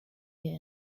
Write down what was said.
year